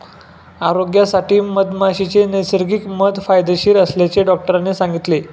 आरोग्यासाठी मधमाशीचे नैसर्गिक मध फायदेशीर असल्याचे डॉक्टरांनी सांगितले